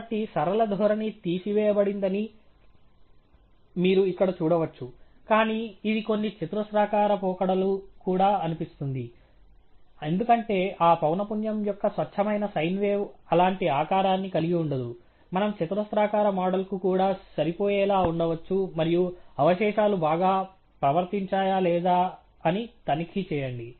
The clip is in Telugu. కాబట్టి సరళ ధోరణి తీసివేయబడిందని మీరు ఇక్కడ చూడవచ్చు కానీ ఇది కొన్ని చతురస్రాకార పోకడలు కూడా అనిపిస్తుంది ఎందుకంటే ఆ పౌనపున్యం యొక్క స్వచ్ఛమైన సైన్ వేవ్ అలాంటి ఆకారాన్ని కలిగి ఉండదు మనం చతురస్రాకార మోడల్ కు కూడా సరిపోయేలా ఉండవచ్చు మరియు అవశేషాలు బాగా ప్రవర్తించాయా లేదా అని తనిఖీ చేయండి